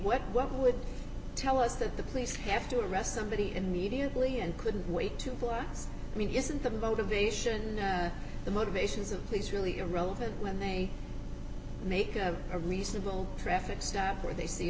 mean what would tell us that the police have to arrest somebody in mediately and couldn't wait to flights i mean isn't the motivation the motivations of these really irrelevant when they make a reasonable traffic stop where they see a